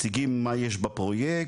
מציגים מה יש בפרויקט